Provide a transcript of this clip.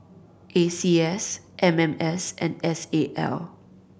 A C S M M S and S A L